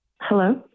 Hello